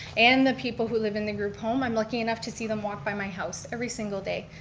and the people who live in the group home, i'm lucky enough to see them walk by my house every single day.